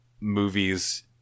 movies